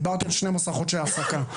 דיברתי על שנים עשר חודשי העסקה.